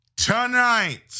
tonight